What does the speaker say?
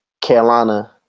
Carolina